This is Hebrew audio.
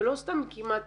ולא סתם כמעט